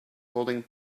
holding